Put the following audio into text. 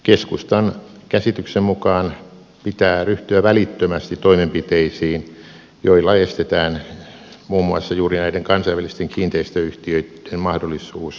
keskustan käsityksen mukaan pitää ryhtyä välittömästi toimenpiteisiin joilla estetään muun muassa juuri näiden kansainvälisten kiinteistöyhtiöitten mahdollisuus verokeinotteluun